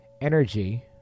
Energy